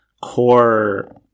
core